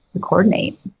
coordinate